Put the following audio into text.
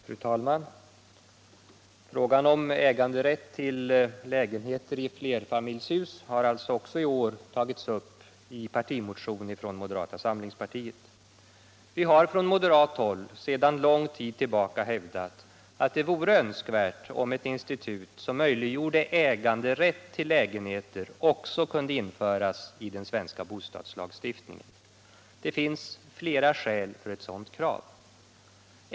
Fru talman! Frågan om äganderätt till lägenheter i flerfamiljshus har också i år tagits upp i partimotion från moderata samlingspartiet. Vi har från moderat håll sedan lång tid tillbaka hävdat att det vore önskvärt om ett institut, som möjliggjorde äganderätt till lägenheter, också kunde införas i den svenska bostadslagstiftningen. Det finns flera skäl för ett sådant krav.